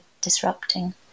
disrupting